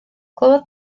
clywodd